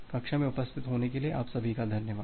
कक्षा में उपस्थित होने के लिए आप सभी का धन्यवाद